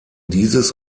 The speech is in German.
dieses